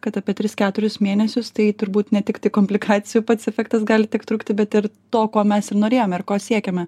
kad apie tris keturis mėnesius tai turbūt ne tik komplikacijų pats efektas gali tik trukti bet ir to ko mes ir norėjome ir ko siekėme